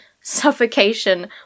suffocation